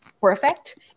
perfect